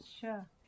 Sure